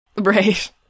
Right